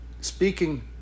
speaking